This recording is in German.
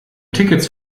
tickets